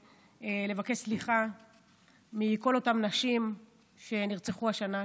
לבקש סליחה מכל אותן נשים שנרצחו השנה,